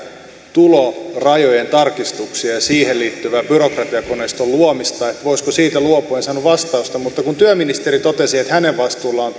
tulorajojen tarkistuksia ja siihen liittyvää byrokratiakoneiston luomista että voisiko siitä luopua en saanut vastausta mutta kun työministeri totesi että hänen vastuullaan